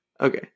Okay